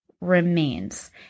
remains